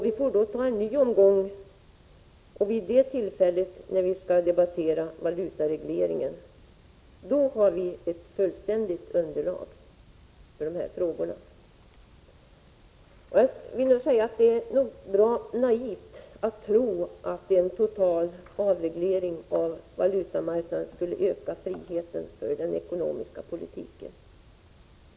Vi får då ta en ny omgång, och vid det tillfället, när vi skall debattera valutaregleringen, har vi ett 165 fullständigt underlag. Det är bra naivt att tro att en total avreglering av valutamarknaden skulle öka friheten för den ekonomiska politiken.